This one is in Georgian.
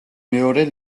მეორე